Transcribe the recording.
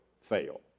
fail